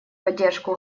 поддержку